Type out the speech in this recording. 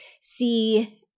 see